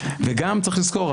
וגם צריך לזכור,